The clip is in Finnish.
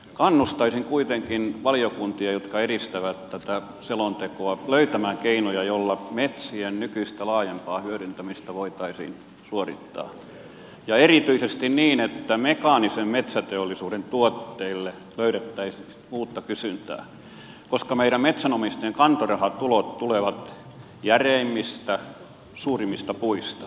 kannustaisin kuitenkin valiokuntia jotka edistävät tätä selontekoa löytämään keinoja joilla metsien nykyistä laajempaa hyödyntämistä voitaisiin suorittaa ja erityisesti niin että mekaanisen metsäteollisuuden tuotteille löydettäisiin uutta kysyntää koska meidän metsänomistajien kantorahatulot tulevat järeimmistä suurimmista puista